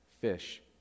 fish